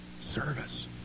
service